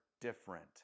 different